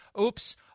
oops